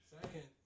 Second